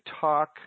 talk